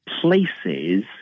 places